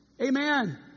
Amen